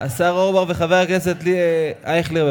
וחבר הכנסת אייכלר,